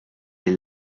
est